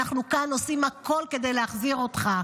אנחנו כאן עושים הכול כדי להחזיר אותך.